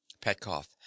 Petkoff